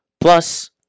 Plus